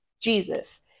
Jesus